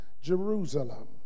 Jerusalem